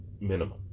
minimum